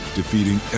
defeating